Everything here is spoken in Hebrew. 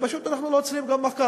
פשוט אנחנו לא צריכים מחקר,